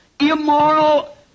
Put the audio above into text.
immoral